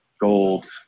gold